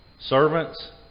Servants